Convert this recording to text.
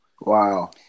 Wow